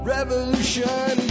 revolution